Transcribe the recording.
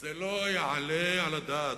זה לא יעלה על הדעת.